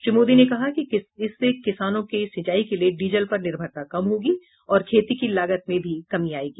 श्री मोदी ने कहा कि इससे सिंचाई के लिए डीजल पर निर्भरता कम होगी और खेती की लागत में भी कमी आयेगी